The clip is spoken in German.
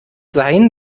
sein